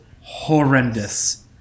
horrendous